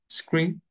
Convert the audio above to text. screen